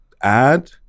add